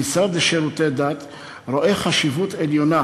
המשרד לשירותי דת רואה חשיבות עליונה